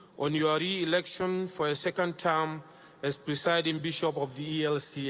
on your reelection for a second term as presiding bishop of the